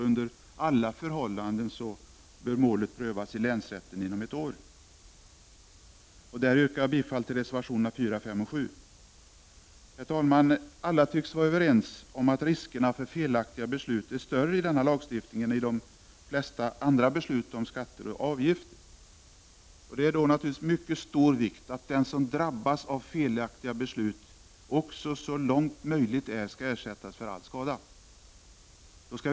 Under alla förhållanden bör målet prövas i länsrätten inom ett år. Jag yrkar bifall till reservationerna 4, 5 och 7. Alla tycks vara överens om att risken för felaktiga beslut är större med denna lagstiftning än med de flesta andra beslut om skatter och avgifter. Det är då naturligtvis av mycket stor vikt att den som drabbas av felaktiga beslut också så långt som möjligt skall ersättas för all åsamkad skada.